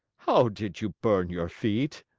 how did you burn your feet?